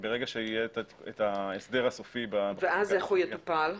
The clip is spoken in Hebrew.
ברגע שיהיה ההסדר הסופי -- ואז איך הוא יטופל?